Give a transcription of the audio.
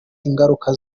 ingaruka